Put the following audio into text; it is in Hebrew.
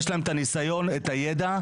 יש להם את הניסיון ואת הידע,